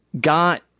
got